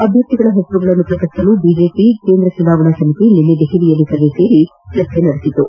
ಅಭ್ಯರ್ಥಿಗಳ ಹೆಸರನ್ನು ಪ್ರಕಟಿಸಲು ಬಿಜೆಪಿ ಕೇಂದ್ರ ಚುನಾವಣಾ ಸಮಿತಿ ನಿನ್ನೆ ದೆಹಲಿಯಲ್ಲಿ ಸಭೆ ಸೇರಿ ಚರ್ಚೆ ನಡೆಸಿತು